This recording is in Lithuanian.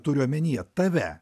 turiu omenyje tave